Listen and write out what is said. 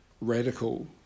radical